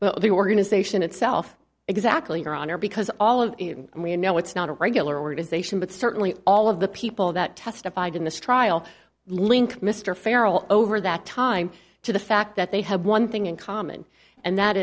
well the organization itself exactly your honor because all of it and we know it's not a regular organization but certainly all of the people that testified in this trial link mr farrel over that time to the fact that they have one thing in common and that